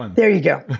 and there you go.